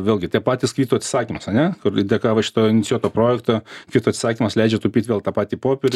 vėlgi tie patys kvitų atsisakymas ane kur dėka va šito inicijuoto projekto kvitų atsisakymas leidžia taupyti vėl tą patį popierių